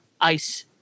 ice